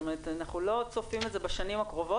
זאת אומרת אנחנו לא צופים את זה בשנים הקרובות,